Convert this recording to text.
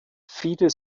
viele